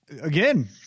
Again